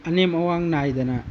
ꯑꯅꯦꯝ ꯑꯋꯥꯡ ꯅꯥꯏꯗꯅ